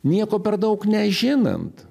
nieko per daug nežinant